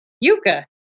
yucca